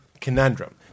conundrum